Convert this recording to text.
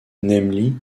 namely